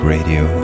Radio